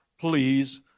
please